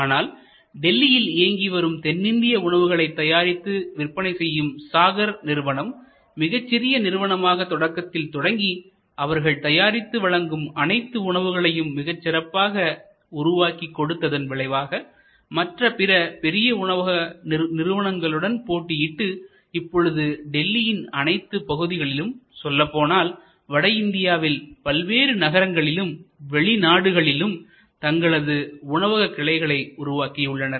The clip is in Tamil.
ஆனால் டெல்லியில் இயங்கி வரும் தென்னிந்திய உணவுகளை தயாரித்து விற்பனை செய்யும் சாகர் நிறுவனம் மிகச் சிறிய நிறுவனமாக தொடக்கத்தில் தொடங்கி அவர்கள் தயாரித்து வழங்கும் அனைத்து உணவுகளையும் மிகச் சிறப்பாக உருவாக்கி கொடுத்ததன் விளைவாக மற்ற பிற பெரிய உணவகம் நிறுவனங்களுடன் போட்டியிட்டு இப்பொழுது டெல்லியின் அனைத்து பகுதிகளிலும் சொல்லப் போனால் வட இந்தியாவில் பல்வேறு நகரங்களிலும் வெளிநாடுகளிலும் தங்களது உணவக கிளைகளை உருவாக்கியுள்ளனர்